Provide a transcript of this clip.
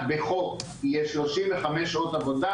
בחוק יהיה שלושים וחמש שעות עבודה,